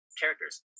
characters